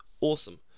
awesome